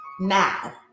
now